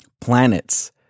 planets